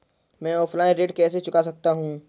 मैं ऑफलाइन ऋण कैसे चुका सकता हूँ?